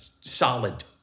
solid